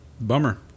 Bummer